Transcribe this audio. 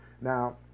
Now